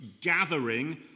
gathering